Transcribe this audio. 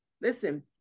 listen